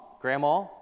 grandma